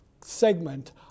segment